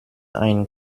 ein